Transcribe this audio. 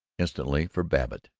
instantly, for babbitt,